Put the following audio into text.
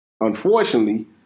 unfortunately